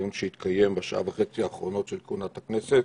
בדיון שהתקיים בשעה וחצי האחרונות של כהונת הכנסת,